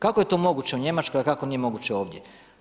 Kako je to moguće u Njemačkoj, a kako nije moguće ovdje?